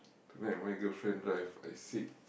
tonight my girlfriend drive I sit